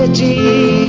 ah g